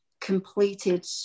completed